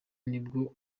nibwo